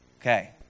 Okay